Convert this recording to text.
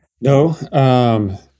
No